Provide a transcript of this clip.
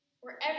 wherever